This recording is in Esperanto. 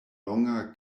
longa